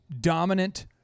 dominant